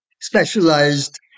specialized